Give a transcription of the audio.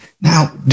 Now